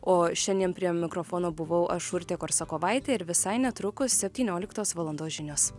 o šiandien prie mikrofono buvau aš urtė korsakovaitė ir visai netrukus septynioliktos valandos žinios